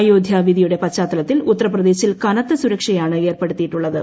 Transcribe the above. അയോദ്ധ്യ വിധിയുടെ പശ്ചാത്തലത്തിൽ ഉത്തർപ്രദ്ദേശിൽ ്കനത്ത സുരക്ഷയാണ് ഏർപ്പെടുത്തിയിട്ടുള്ളത്